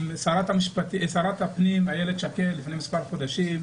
שרת הפנים איילת שקד לפני מספר חודשים,